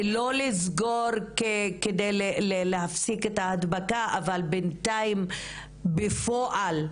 שלא לסגור על מנת להפסיק את ההדבקה אבל בינתיים בפועל,